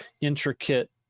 intricate